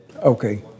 Okay